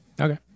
Okay